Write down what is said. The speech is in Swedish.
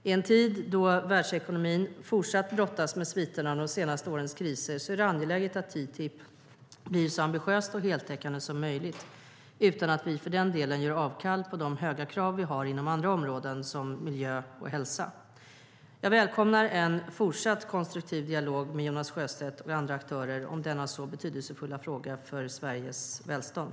I en tid då världsekonomin fortsatt brottas med sviterna av de senaste årens kriser är det angeläget att TTIP blir så ambitiöst och heltäckande som möjligt, utan att vi för den delen gör avkall på de höga krav vi har inom andra områden såsom miljö och hälsa. Jag välkomnar en fortsatt konstruktiv dialog med Jonas Sjöstedt och andra aktörer om denna så betydelsefulla fråga för Sveriges välstånd.